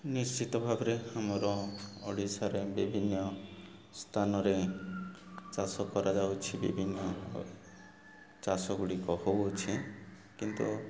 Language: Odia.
ନିଶ୍ଚିତ ଭାବରେ ଆମର ଓଡ଼ିଶାରେ ବିଭିନ୍ନ ସ୍ଥାନରେ ଚାଷ କରାଯାଉଛି ବିଭିନ୍ନ ଚାଷ ଗୁଡ଼ିକ ହେଉଛି କିନ୍ତୁ